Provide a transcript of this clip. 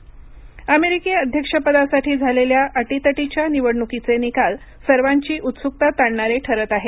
America निवडणक अमेरिकी अध्यक्षपदासाठी झालेल्या अटीतटीच्या निवडणुकीचे निकाल सर्वांची उत्सुकता ताणणारे ठरत आहेत